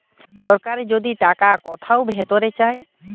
সরাসরি যদি টাকা কোথাও ভোরতে চায়